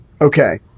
okay